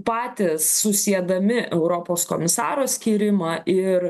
patys susiedami europos komisaro skyrimą ir